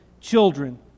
children